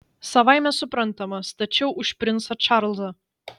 savaime suprantama stačiau už princą čarlzą